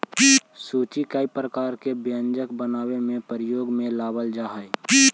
सूजी कई प्रकार के व्यंजन बनावे में प्रयोग में लावल जा हई